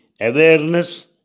awareness